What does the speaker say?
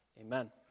Amen